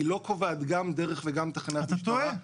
היא לא קובעת גם דרך וגם תחנת משטרה.